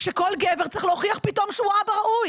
שכל גבר צריך להוכיח פתאום שהוא אבא ראוי.